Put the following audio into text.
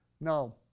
no